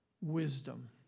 Wisdom